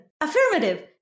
Affirmative